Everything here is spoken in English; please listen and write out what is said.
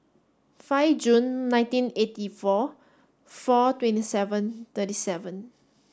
five June nineteen eighty four four twenty seven thirty seven